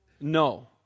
No